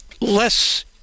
less